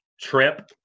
trip